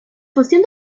función